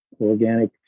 organic